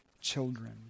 children